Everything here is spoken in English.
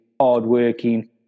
hardworking